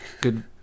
good